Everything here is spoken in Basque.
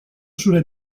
zure